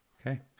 Okay